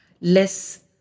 less